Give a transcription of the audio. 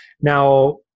Now